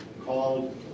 called